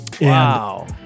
Wow